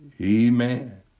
amen